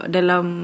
Dalam